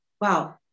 Wow